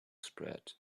spread